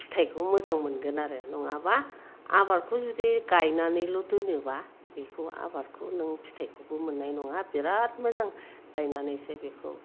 फिथाइखौ मोजां मोनगोन आरो नङाबा आबादखौ जुदि गायनानैल' दोनोबा बेखौ आबादखौ नों फिथाइखौबो मोननाय नङा बिराद मोजां गायनानैसो बेखौ